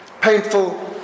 painful